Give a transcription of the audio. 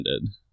ended